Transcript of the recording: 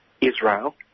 Israel